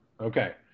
Okay